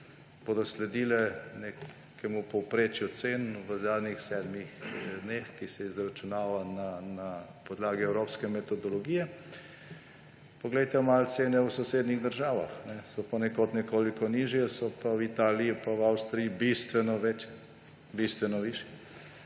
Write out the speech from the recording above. bodo sledile nekemu povprečju cen v zadnjih sedmih dneh, ki se izračunava na podlagi evropske metodologije. Poglejte malo cene v sosednjih državah, so ponekod nekoliko nižje, so pa v Italiji in v Avstriji bistveno višje. Pri nas ne